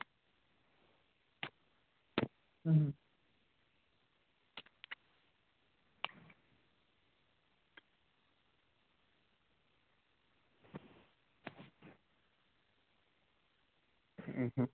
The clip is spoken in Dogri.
अं हं